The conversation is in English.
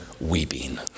weeping